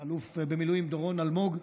אלוף במילואים דורון אלמוג,